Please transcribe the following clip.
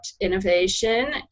innovation